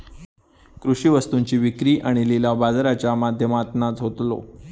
कृषि वस्तुंची विक्री आणि लिलाव बाजाराच्या माध्यमातनाच होतलो